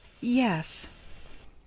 Yes